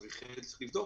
צריך לבדוק.